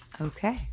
Okay